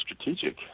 strategic